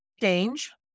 Change